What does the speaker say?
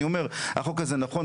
אני אומר שהחוק הזה נכון,